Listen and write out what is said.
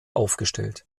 aufgestellt